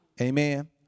Amen